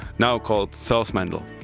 now called sells mendel.